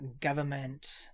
government